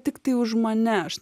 tiktai už mane aš